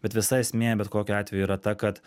bet visa esmė bet kokiu atveju yra ta kad